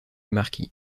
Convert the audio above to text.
marquis